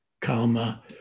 karma